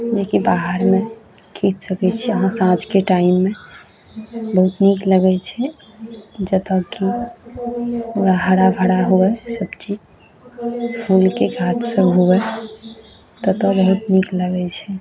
जेकि बाहरमे खीच सकैत छी अहाँ साँझके टाइममे बहुत नीक लगैत छै जतऽ पूरा हरा भरा हुए सब चीज फूलके गाछ सब हुए ततऽ बहुत नीक लगैत छै